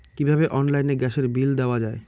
কিভাবে অনলাইনে গ্যাসের বিল দেওয়া যায়?